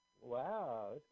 Wow